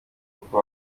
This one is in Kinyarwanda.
uko